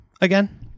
again